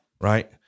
Right